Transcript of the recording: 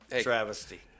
travesty